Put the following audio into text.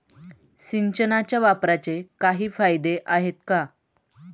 सिंचनाच्या वापराचे काही फायदे आहेत का?